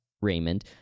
Raymond